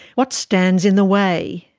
what stands in the way?